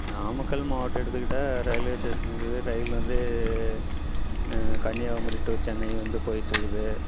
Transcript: நாமக்கல் மாவட்டம் எடுத்துக்கிட்டால் railway station இருக்குது ரயில் வந்து கன்னியாகுமரி டு சென்னை வந்து போகிட்டு இருக்குது